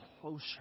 closer